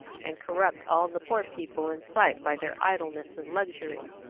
and corrupt all the poor people in sight by their idleness and luxury.